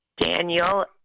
Daniel